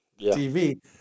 TV